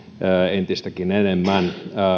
entistäkin enemmän